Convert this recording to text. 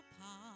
apart